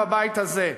בבית הזה: